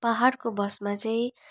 पहाडको बसमा चाहिँ